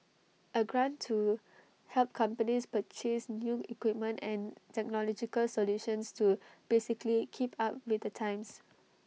A grant to help companies purchase new equipment and technological solutions to basically keep up with the times